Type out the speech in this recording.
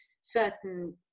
certain